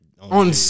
On